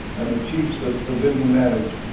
and the chiefs had forbidden marriage,